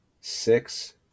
six